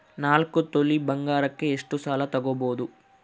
ನಾಲ್ಕು ತೊಲಿ ಬಂಗಾರಕ್ಕೆ ಎಷ್ಟು ಸಾಲ ತಗಬೋದು?